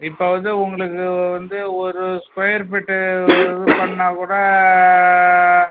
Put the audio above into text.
இப்போ வந்து உங்களுக்கு வந்து ஒரு ஸ்கொயர் ஃபீட்டு இது பண்ணாக்கூட